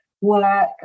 work